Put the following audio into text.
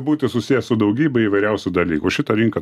būti susiję su daugybe įvairiausių dalykų šita rinka